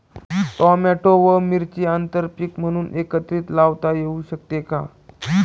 Tomato व मिरची आंतरपीक म्हणून एकत्रित लावता येऊ शकते का?